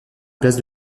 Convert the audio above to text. place